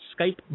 Skype